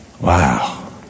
Wow